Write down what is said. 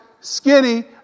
skinny